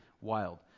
Wild